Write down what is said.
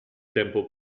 tempo